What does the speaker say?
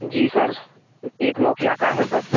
जी sir एक Nokia का है सर